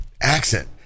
accent